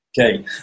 Okay